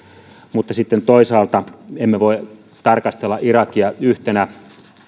mutta sitten toisaalta emme voi tarkastella irakia yhtenä